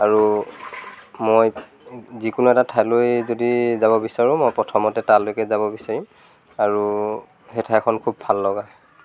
আৰু মই যিকোনো এটা ঠাইলৈ যদি যাব বিচাৰোঁ মই প্ৰথমতে তালৈকে যাব বিচাৰিম আৰু সেই ঠাইখন খুব ভাল লগা